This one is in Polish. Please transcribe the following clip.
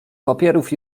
papierów